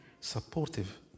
supportive